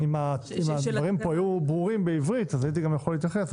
אם הדברים פה היו ברורים בעברית אז הייתי גם יכול להתייחס.